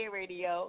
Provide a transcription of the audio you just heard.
radio